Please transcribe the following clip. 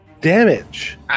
damage